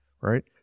right